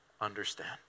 understand